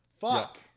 fuck